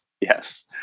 yes